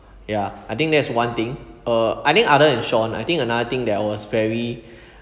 ya I think that is one thing uh I think other in sean I think another thing that I was very